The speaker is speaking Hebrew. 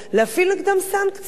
להפעיל נגדה סנקציות.